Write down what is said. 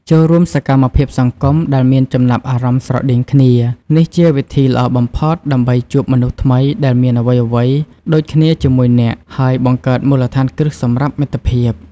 ចូលរួមសកម្មភាពសង្គមដែលមានចំណាប់អារម្មណ៍ស្រដៀងគ្នា នេះជាវិធីល្អបំផុតដើម្បីជួបមនុស្សថ្មីដែលមានអ្វីៗដូចគ្នាជាមួយអ្នក ហើយបង្កើតមូលដ្ឋានគ្រឹះសម្រាប់មិត្តភាព។